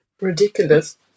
ridiculous